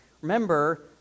Remember